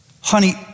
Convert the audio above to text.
honey